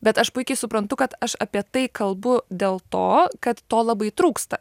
bet aš puikiai suprantu kad aš apie tai kalbu dėl to kad to labai trūksta